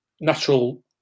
natural